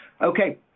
Okay